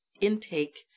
intake